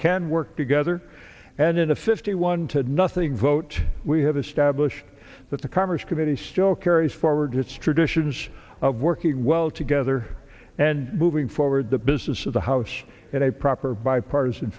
can work together and in a fifty one to nothing vote we have established that the commerce committee still carries forward its traditions of working well together and moving forward the business of the house in a proper bipartisan